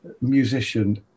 musician